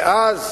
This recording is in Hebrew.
ואז